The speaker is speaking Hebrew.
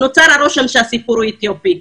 שהסיפור הוא אתיופי.